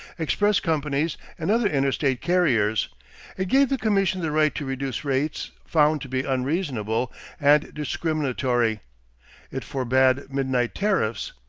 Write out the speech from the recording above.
express companies, and other interstate carriers it gave the commission the right to reduce rates found to be unreasonable and discriminatory it forbade midnight tariffs,